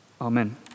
Amen